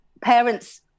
parents